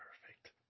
Perfect